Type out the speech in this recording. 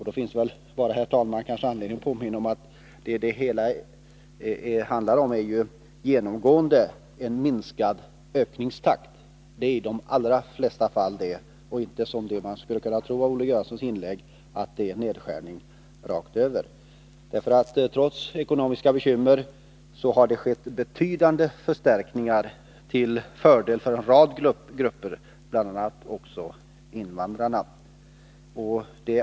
Då finns det anledning påminna om att det i de allra flesta fall är fråga om en minskad ökningstakt och inte, som man skulle kunna tro av Olle Göranssons inlägg, nedskärningar rakt över. Trots ekonomiska bekymmer har det skett betydande förstärkningar till fördel för en rad grupper, bl.a. invandrarna.